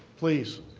please.